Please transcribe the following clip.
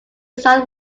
south